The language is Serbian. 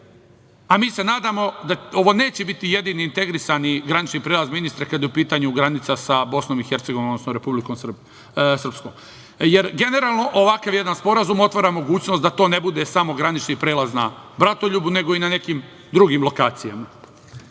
Mi se nadamo da ovo neće biti jedini integrisani granični prelaz, ministre, kada je u pitanju granica sa BiH, odnosno Republikom Srpskom, jer generalno jedan ovakav sporazum otvara mogućnost da to ne bude samo granični prelaz na Bratoljubu, nego i na nekim drugim lokacijama. Kada